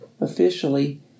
officially